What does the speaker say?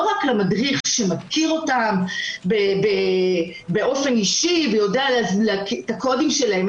לא רק למדריך שמכיר אותם באופן אישי ויודע את הקודים שלהם,